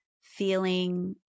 feeling